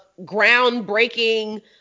groundbreaking